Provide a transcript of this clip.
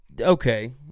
Okay